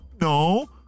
No